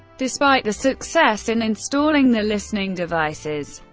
despite the success in installing the listening devices,